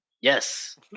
yes